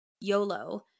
YOLO